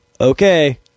Okay